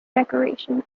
decoration